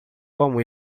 como